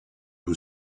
who